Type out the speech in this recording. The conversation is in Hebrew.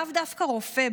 לאו דווקא רופא,